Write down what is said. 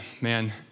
man